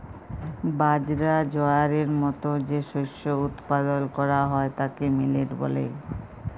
বাজরা, জয়ারের মত যে শস্য উৎপাদল ক্যরা হ্যয় তাকে মিলেট ব্যলে